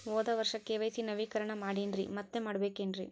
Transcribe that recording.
ಹೋದ ವರ್ಷ ಕೆ.ವೈ.ಸಿ ನವೇಕರಣ ಮಾಡೇನ್ರಿ ಮತ್ತ ಮಾಡ್ಬೇಕೇನ್ರಿ?